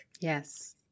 Yes